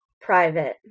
private